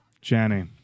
Jenny